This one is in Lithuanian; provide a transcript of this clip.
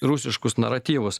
rusiškus naratyvus